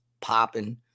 popping